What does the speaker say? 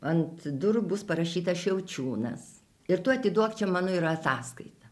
ant durų bus parašyta šiaučiūnas ir tu atiduok čia mano yra ataskaita